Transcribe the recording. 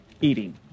eating